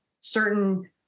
certain